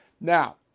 Now